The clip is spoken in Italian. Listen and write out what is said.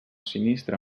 sinistra